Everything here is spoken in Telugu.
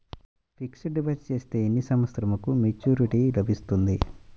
ఫిక్స్డ్ డిపాజిట్ చేస్తే ఎన్ని సంవత్సరంకు మెచూరిటీ లభిస్తుంది?